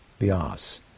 Bias